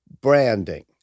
branding